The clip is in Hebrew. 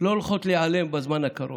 לא הולכות להיעלם בזמן הקרוב.